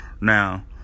Now